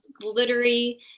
glittery